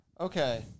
Okay